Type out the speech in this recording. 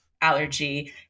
allergy